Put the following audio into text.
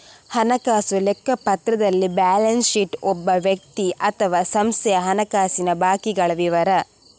ಹಣಕಾಸು ಲೆಕ್ಕಪತ್ರದಲ್ಲಿ balance sheet ಒಬ್ಬ ವ್ಯಕ್ತಿ ಅಥವಾ ಸಂಸ್ಥೆಯ ಹಣಕಾಸಿನ ಬಾಕಿಗಳ ವಿವರ